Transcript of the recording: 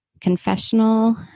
confessional